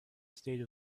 state